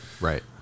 right